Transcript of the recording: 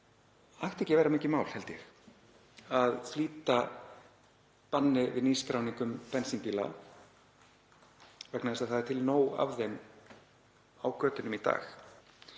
Það ætti ekki að vera mikið mál, held ég, að flýta banni við nýskráningum bensínbíla vegna þess að það er til nóg af þeim á götunum í dag.